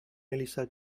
melissa